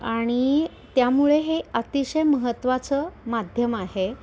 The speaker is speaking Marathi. आणि त्यामुळे हे अतिशय महत्त्वाचं माध्यम आहे